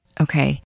Okay